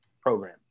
program